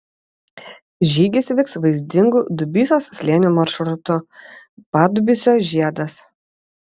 žygis vyks vaizdingu dubysos slėniu maršrutu padubysio žiedas